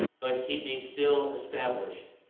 but keep me still established,